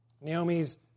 Naomi's